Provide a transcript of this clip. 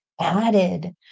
added